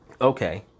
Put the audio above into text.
Okay